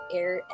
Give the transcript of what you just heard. air